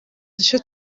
duce